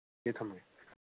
ꯊꯝꯃꯒꯦ